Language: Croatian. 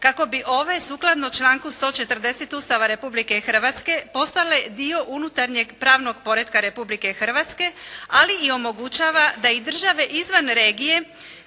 kako bi ove sukladno članku 140. Ustava Republike Hrvatske postale dio unutarnjeg pravnog poretka Republike Hrvatske ali i omogućava da i države izvan regije